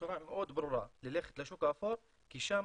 בצורה מאוד ברורה ללכת לשוק האפור כי שם